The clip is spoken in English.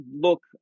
look